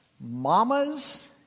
mamas